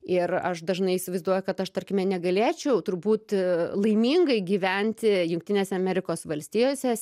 ir aš dažnai įsivaizduoju kad aš tarkime negalėčiau turbūt laimingai gyventi jungtinėse amerikos valstijose